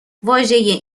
واژه